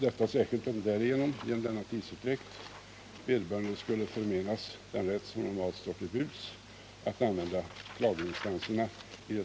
Det är det särskilt om vederbörande genom denna tidsutdräkt skulle förmenas den rätt som normalt står till buds att använda laginstanserna i det sovjetiska rättsväsendet. Herr talman!